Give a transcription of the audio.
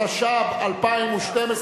התשע"ב 2012,